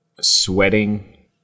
sweating